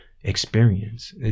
experience